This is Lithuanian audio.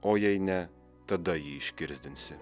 o jei ne tada jį iškirsdinsi